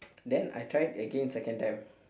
then I try it again second time